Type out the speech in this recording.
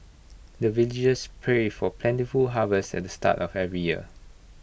the villagers pray for plentiful harvest at the start of every year